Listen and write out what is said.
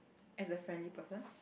as a friendly person